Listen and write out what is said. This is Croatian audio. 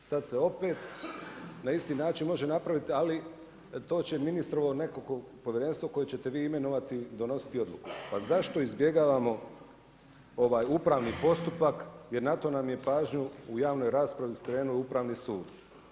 Sad se opet na isti način može napraviti, ali to će ministrovo nekakvo povjerenstvo koje ćete vi imenovati i donositi … Pa zašto izbjegavamo ovaj upravni postupak, jer na to nam je pažnju na javnoj raspravi, skrenuo Upravni sud.